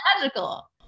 magical